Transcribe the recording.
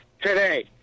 today